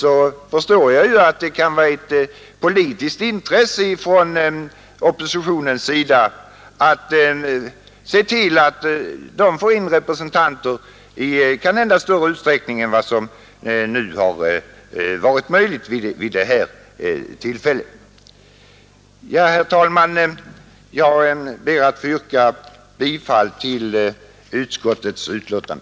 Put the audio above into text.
Däremot förstår jag att det kan vara ett politiskt intresse för oppositionen att se till att man får in representanter i större utsträckning än vad som har varit möjligt vid det här tillfället. Herr talman! Jag ber att få yrka bifall till utskottets betänkande.